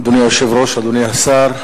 אדוני היושב-ראש, אדוני השר,